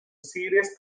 serious